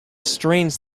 strange